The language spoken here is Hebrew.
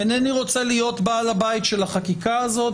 אינני רוצה להיות בעל הבית של החקיקה הזאת,